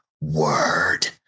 word